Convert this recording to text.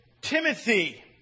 Timothy